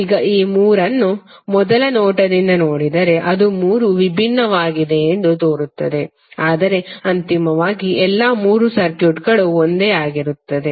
ಈಗ ಈ ಮೂರನ್ನೂ ಮೊದಲ ನೋಟದಿಂದ ನೋಡಿದರೆ ಅದು ಮೂರೂ ವಿಭಿನ್ನವಾಗಿದೆ ಎಂದು ತೋರುತ್ತದೆ ಆದರೆ ಅಂತಿಮವಾಗಿ ಎಲ್ಲಾ ಮೂರು ಸರ್ಕ್ಯೂಟ್ಗಳು ಒಂದೇ ಆಗಿರುತ್ತವೆ